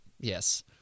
yes